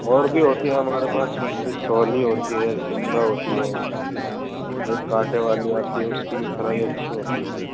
اور بھی ہوتی ہے ہمارے پاس مچھلی سولی ہوتی ہے سنگھاڑا ہوتی ہے ایک کانٹے والی آتی ہے اس کی بھی فرائی اچھی ہوتی ہے